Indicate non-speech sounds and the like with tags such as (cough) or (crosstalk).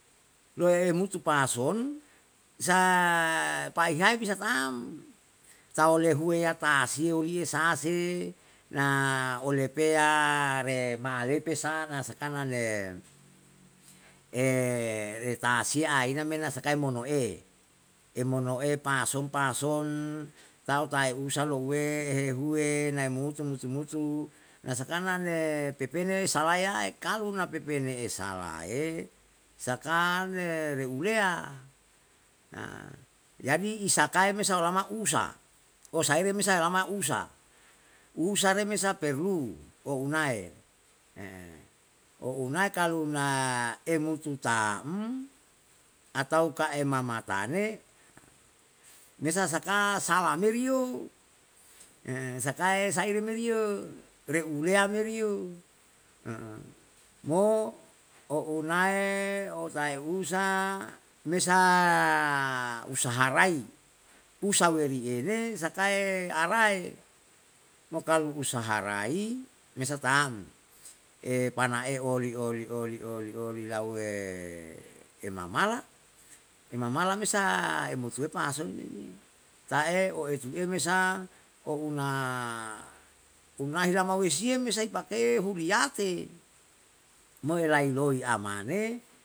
loe umutu pason, bisa paehai bisa tam tau lehuwe ya tasio liye sa se, na olepeya re ma'alepe sa nasakana ne (hesitation) re ta'asaiya aina me na sakai mono'e, emono'e pason pason tae tau usa louwe hehuwe nae mutu mutu mutu mutu, na sakana ne pepenae salayae, kalu pepene esalae, saka ne reuleya (hesitation) jadi isakae me saolama usa, saere me saolama usa, usa re mesa perlu ounae, (hesitation) o'unane kalu na emutu tam ataukah emamatane nesa sak salameriyo, sakae saire meriyo reuleya meriyo, mo o'unae, otai usa me sa usaha rai, uasa weriene sakae arae, mokalu usaha rai, me sa tam. Epanae oli oli oli oli oli lauwe emamala, emamala me sa embutue pason men yo, ta'e o'etue me sa o una, unahi rawamesiye sai pake huriyate, mo elai loi amane